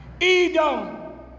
Edom